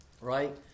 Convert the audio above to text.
right